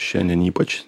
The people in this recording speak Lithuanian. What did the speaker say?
šiandien ypač